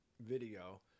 video